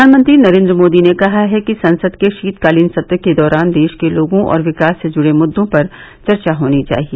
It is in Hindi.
प्रधानमंत्री नरेन्द्र मोदी ने कहा है कि ससंद के शीतकालीन सत्र के दौरान देश के लोगों और विकास से जुड़े मुद्दों पर चर्चा होनी चाहिए